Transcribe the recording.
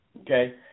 Okay